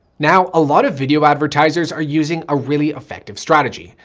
now a lot of video advertisers are using a really effective strategy,